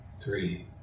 three